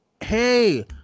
Hey